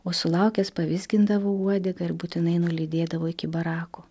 o sulaukęs pavizgindavo uodegą ir būtinai nulydėdavo iki barako